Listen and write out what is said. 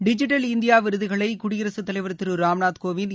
digital India விருதுகளை குடியரகத்தலைவர் திரு ராம்நாத் கோவிந்த்